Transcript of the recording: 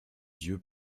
dieu